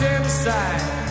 inside